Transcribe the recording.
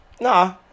Nah